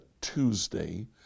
Tuesday